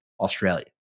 Australia